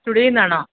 സ്റ്റുഡിയോയിൽ നിന്നാണോ